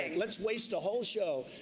and let's waste a whole show,